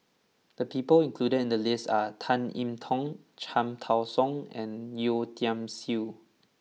the people included in the list are Tan I Tong Cham Tao Soon and Yeo Tiam Siew